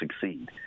succeed